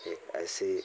एक ऐसी